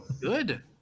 Good